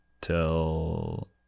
Till